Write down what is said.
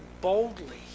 boldly